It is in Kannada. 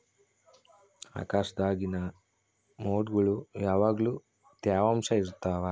ಆಕಾಶ್ದಾಗಿನ ಮೊಡ್ಗುಳು ಯಾವಗ್ಲು ತ್ಯವಾಂಶ ಇರ್ತವ